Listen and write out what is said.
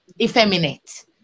effeminate